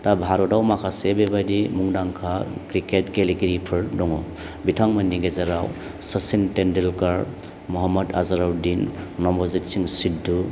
दा भारतआव माखासे बेबायदि मुंदांखा क्रिकेट गेलेगिरिफोर दङ बिथांमोननि गेजेराव सचिन तेन्डुलकार महाम्मद आजारुद्दिन नबजित सिं सिध्धु